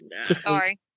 Sorry